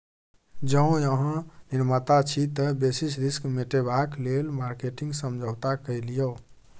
जौं अहाँ निर्माता छी तए बेसिस रिस्क मेटेबाक लेल मार्केटिंग समझौता कए लियौ